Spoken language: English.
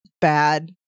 bad